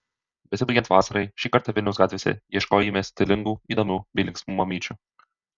besibaigiant vasarai šį kartą vilniaus gatvėse ieškojime stilingų įdomių bei linksmų mamyčių